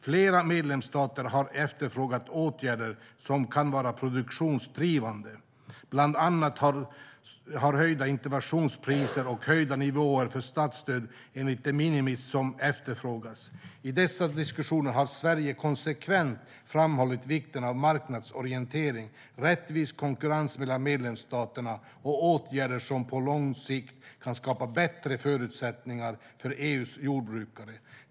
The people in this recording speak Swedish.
Flera medlemsstater har efterfrågat åtgärder som kan vara produktionsdrivande. Bland annat har höjda interventionspriser och höjda nivåer för statsstöd enligt de minimis efterfrågats. I dessa diskussioner har Sverige konsekvent framhållit vikten av marknadsorientering, rättvis konkurrens mellan medlemsstaterna och åtgärder som på lång sikt kan skapa bättre förutsättningar för EU:s jordbrukare.